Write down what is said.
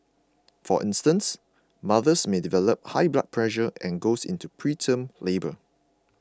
for instance mothers may develop high blood pressure and go into preterm labour